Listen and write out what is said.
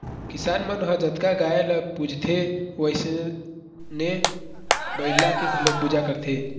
किसान मन ह जतका गाय ल पूजथे वइसने बइला के घलोक पूजा करथे